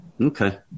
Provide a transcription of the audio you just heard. Okay